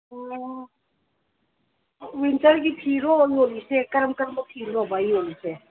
ꯑꯣ ꯋꯤꯟꯇꯔꯒꯤ ꯐꯤꯔꯣ ꯌꯣꯜꯂꯤꯁꯦ ꯀꯔꯝ ꯀꯔꯝꯕ ꯐꯤꯅꯣꯕ ꯌꯣꯜꯂꯤꯁꯦ